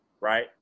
right